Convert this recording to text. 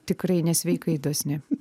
tikrai nesveikai dosni